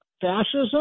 fascism